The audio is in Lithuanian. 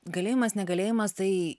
galėjimas negalėjimas tai